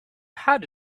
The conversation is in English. had